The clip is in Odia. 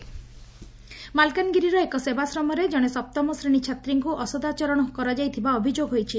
ଛାତ୍ରୀଙ୍କୁ ଅସଦାଚରଣ ମାଲକାନଗିରିର ଏକ ସେବାଶ୍ରମରେ ଜଣେ ସପ୍ତମଶ୍ରେଶୀ ଛାତ୍ରୀଙ୍କୃ ଅସଦାଚରଣ କରାଯାଇଥିବା ଅଭିଯୋଗ ହୋଇଛି